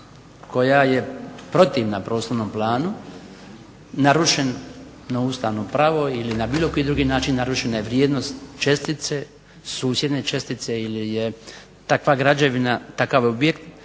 koja je protivna prostornom planu narušeno ustavno pravo ili na bilo koji drugi način narušena je vrijednost čestice, susjedne čestice ili je takva građevina, takav objekt,